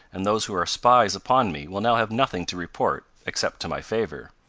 and those who are spies upon me will now have nothing to report, except to my favor.